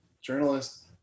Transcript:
journalist